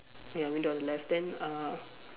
ya window on the left then uh